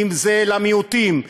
אם למיעוטים,